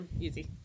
easy